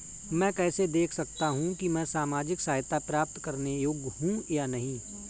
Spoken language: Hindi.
मैं कैसे देख सकता हूं कि मैं सामाजिक सहायता प्राप्त करने योग्य हूं या नहीं?